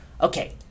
Okay